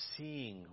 seeing